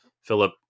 Philip